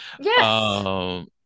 Yes